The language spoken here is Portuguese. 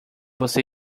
você